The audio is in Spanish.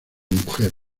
mujer